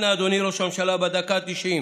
אנא, אדוני ראש הממשלה, בדקה ה-90,